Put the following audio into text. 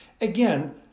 Again